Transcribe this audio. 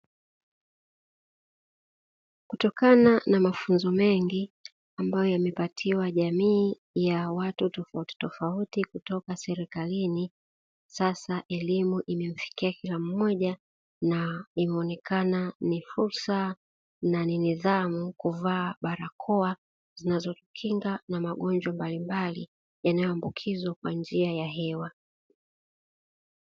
Kutokana na mafunzo mengi ambayo yamepatiwa jamii ya watu tofauti tofauti kutoka serikalini sasa elimu imemfikia kila mmoja na imeonekana ni fursa na ni nidhamu kuvaa barakoa zinazokinga na magonjwa mbalimbali yanayoambukizwa kwa njia ya hewa.